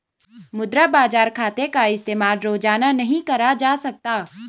मुद्रा बाजार खाते का इस्तेमाल रोज़ाना नहीं करा जा सकता